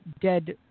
dead